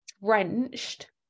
wrenched